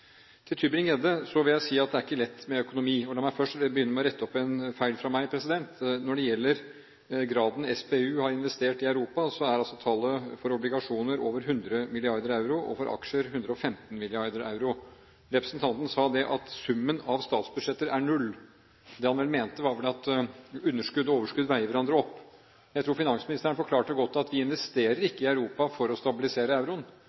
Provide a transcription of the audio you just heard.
Til Tybring-Gjedde vil jeg si: Det er ikke lett med økonomi. La meg først begynne med å rette opp en feil fra meg. Når det gjelder graden SPU har investert i Europa, er altså tallet for obligasjoner over 100 mrd. euro og for aksjer 115 mrd. euro. Representanten sa at summen av statsbudsjetter er null. Det han vel mente, er at underskudd og overskudd veier hverandre opp. Jeg tror finansministeren forklarte det godt: Vi investerer ikke i Europa for å stabilisere euroen,